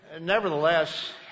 nevertheless